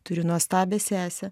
turiu nuostabią sesę